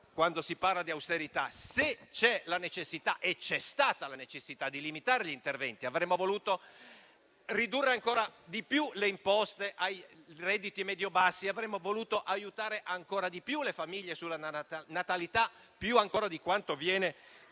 quando si parla di austerità, se c'è la necessità (e c'è stata) di limitare gli interventi, avremmo voluto ridurre ancora di più le imposte ai redditi medio-bassi, avremmo voluto aiutare ancora di più le famiglie sulla natalità (più ancora di quanto viene